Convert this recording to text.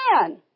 man